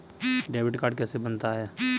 Debit card कैसे बनता है?